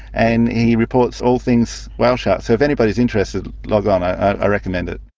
and he reports all things whale shark. so if anybody is interested, log on, i recommend it.